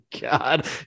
God